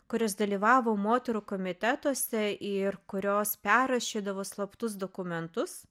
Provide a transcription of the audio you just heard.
kurios dalyvavo moterų komitetuose ir kurios perrašydavo slaptus dokumentus